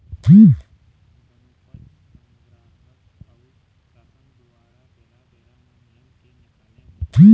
बनोपज संग्राहक अऊ सासन दुवारा बेरा बेरा म नियम के निकाले म